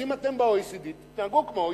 אז אם אתם ב-OECD תתנהגו כמו ה-OECD.